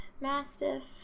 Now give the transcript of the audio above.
Mastiff